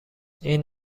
این